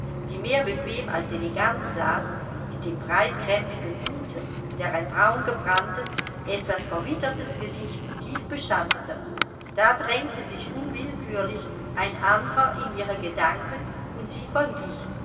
die mehr bequem als elegant saß mit dem breitkrempigen hute der ein braun gebranntes etwas verwittertes gesicht tief beschattete da drängte sich unwillkürlich ein andrer in ihre gedanken und sie